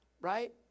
Right